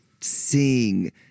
sing